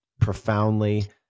profoundly